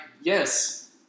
yes